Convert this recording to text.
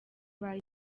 ibaye